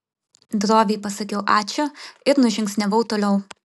droviai pasakiau ačiū ir nužingsniavau toliau